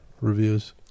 Reviews